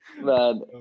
man